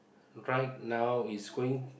right now is going